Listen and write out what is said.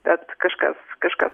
bet kažkas kažkas